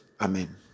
Amen